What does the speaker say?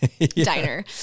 diner